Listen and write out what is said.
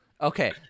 okay